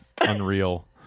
unreal